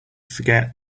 forget